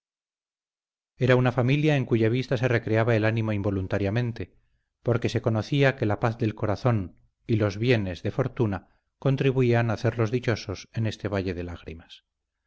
era una familia en cuya vista se recreaba el ánimo involuntariamente porque se conocía que la paz del corazón y los bienes de fortuna contribuían a hacerlos dichosos en este valle de lágrimas